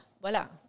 Voilà